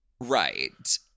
Right